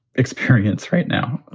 experience right now?